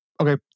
Okay